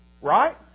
Right